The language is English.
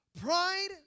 Pride